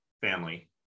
family